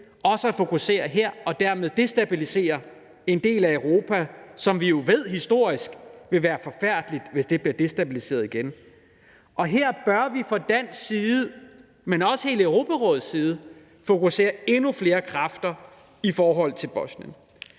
også at fokusere her – og dermed destabilisere en del af Europa, hvor vi jo historisk ved, det vil være forfærdeligt, hvis det bliver destabiliseret igen. Kl. 17:33 Her bør vi fra dansk side, men også fra hele Europarådets side fokusere endnu flere kræfter i forhold til Bosnien.